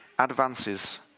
advances